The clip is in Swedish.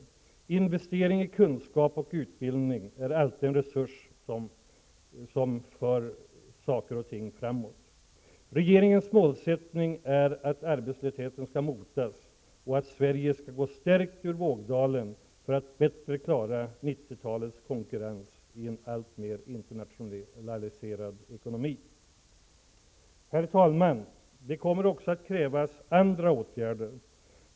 Investering i kunskap och utbildning är alltid en resurs som för saker och ting framåt. Regeringens målsättning är att arbetslösheten skall motas och att Sverige skall gå stärkt ur vågdalen för att bättre klara 90-talets konkurrens i en alltmer internationaliserad ekonomi. Herr talman! Det kommer också att krävas andra åtgärder.